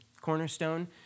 cornerstone